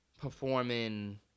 performing